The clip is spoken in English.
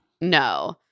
no